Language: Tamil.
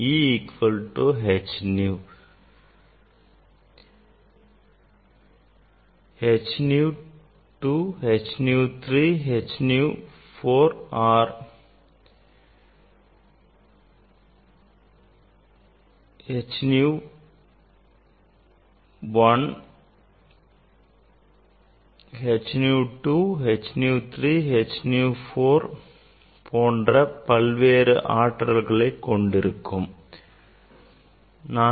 E equal to n h h nu 2 h nu 3 h nu or h nu 1 h nu 2 h nu 3 nu 1 nu 2 nu 3 these are பல்வேறு ஆற்றலுக்கானதாகும்